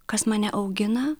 kas mane augina